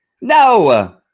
No